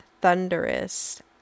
thunderous